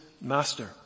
master